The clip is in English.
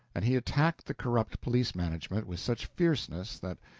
and he attacked the corrupt police management with such fierceness that,